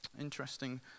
Interesting